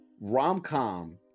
rom-com